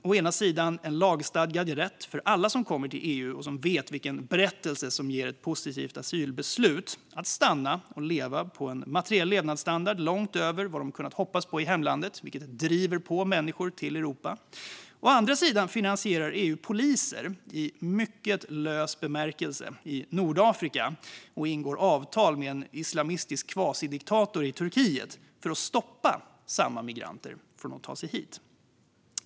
Å ena sidan finns en lagstadgad rätt för alla som kommer till EU - och som vet vilken berättelse som ger ett positivt asylbeslut - att stanna och leva med en materiell levnadsstandard långt över vad de kunnat hoppas på i hemlandet, vilket driver människor till Europa. Å andra sidan finansierar EU poliser, i mycket lös bemärkelse, i Nordafrika och ingår avtal med en islamistisk kvasidiktator i Turkiet för att stoppa samma migranter från att ta sig hit.